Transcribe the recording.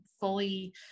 fully